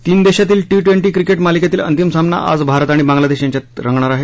तीन देशातील T twenty cricket मालिकेतील अंतिम सामना आज भारत आणि बांग्लादेश यांच्यात रंगणार आहे